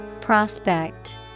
Prospect